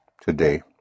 today